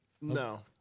No